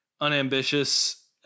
unambitious